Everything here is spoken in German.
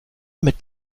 mit